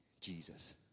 Jesus